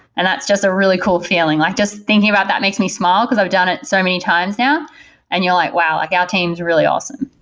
and that's just a really cold feeling. like just thinking about that makes me smile, because i've done it so many times now and you're like, wow! like our team is really awesome.